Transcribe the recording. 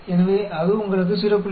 எனவே அது உங்களுக்கு 0